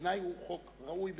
שבעיני הוא חוק ראוי ביותר.